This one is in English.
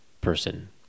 person